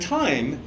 time